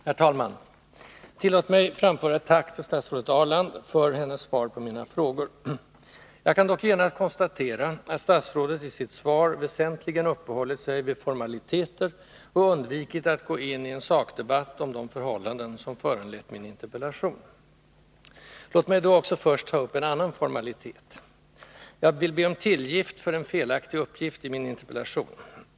Herr talman! Tillåt mig att framföra ett tack till statsrådet Ahrland för hennes svar på mina frågor. Jag kan dock genast konstatera att statsrådet i sitt svar väsentligen uppehållit sig vid formaliteter och undvikit att gå in i en sakdebatt om de förhållanden som föranlett min interpellation. Låt mig då också först ta upp en annan formalitet: Jag vill be om tillgift för en felaktig uppgift i min interpellation.